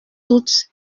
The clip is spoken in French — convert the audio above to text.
toutes